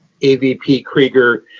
avp krueger,